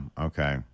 Okay